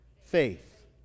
faith